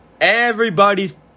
Everybody's